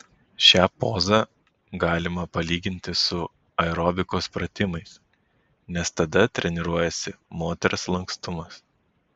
šią pozą galima palyginti su aerobikos pratimais nes tada treniruojasi moters lankstumas